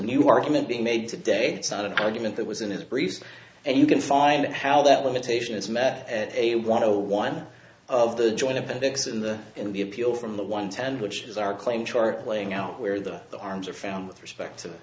new argument being made today it's not an argument that was in his briefs and you can find how that limitation is met a want to one of the joint appendix in the in the appeal from the one ten which is our claim chart laying out where the arms are found with respect to